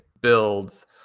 builds